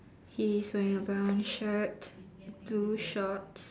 he's wearing a brown shirt blue shorts